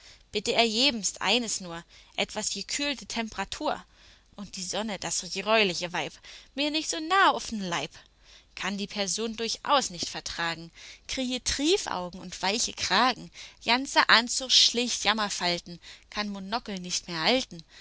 bitte erjebenst eines nur etwas jekühlte temperatur und die sonne das jreuliche weib mir nich so nahe uff'n leib kann die person durchaus nicht vertragen krieje triefaugen und weichen kragen janzer anzug schlägt jammerfalten kann monokel nich mehr halten